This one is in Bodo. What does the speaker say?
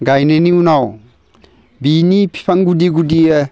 गायनायनि उनाव बिनि बिफां गुदि गुदि